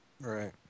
Right